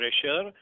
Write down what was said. pressure